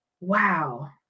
wow